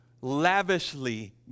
lavishly